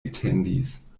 etendis